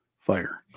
fire